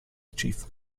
chief